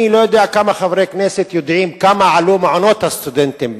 אני לא יודע כמה חברי כנסת יודעים כמה עלו מעונות הסטודנטים,